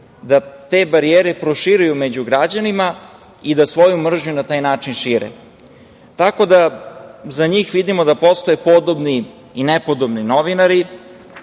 da te barijere proširuju među građanima i da svoju mržnju na taj način šire. Tako da, za njih vidimo da postoje podobni i nepodobni novinari,